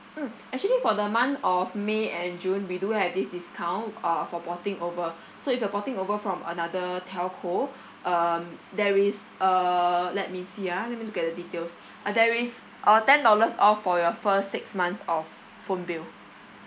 mm actually for the month of may and june we do have this discount uh for porting over so if you're porting over from another telco um there is uh let me see ah let me look at the details uh there is a ten dollars off for your first six months of phone bill